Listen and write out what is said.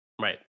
Right